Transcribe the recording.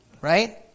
Right